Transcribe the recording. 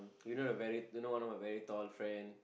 you know the very you know one tall friend